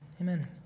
Amen